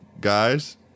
guys